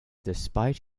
despite